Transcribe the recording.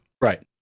Right